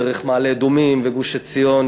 דרך מעלה-אדומים וגוש-עציון,